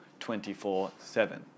24-7